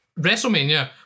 WrestleMania